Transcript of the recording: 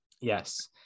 yes